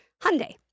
Hyundai